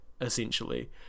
essentially